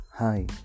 Hi